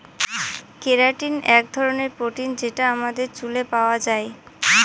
keratin এক ধরনের protein যেটা আমাদের চুলে পাওয়া যায়